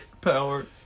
power